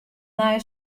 nije